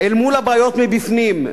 אל מול הבעיות מבפנים,